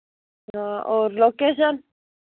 हाँ और लोकेशन